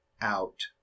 out